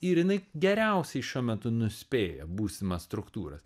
ir jinai geriausiai šiuo metu nuspėja būsimas struktūras